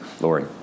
Lori